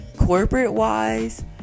corporate-wise